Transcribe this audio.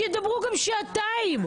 שידברו גם שעתיים.